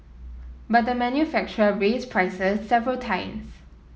but the manufacturer raised prices several times